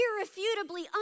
irrefutably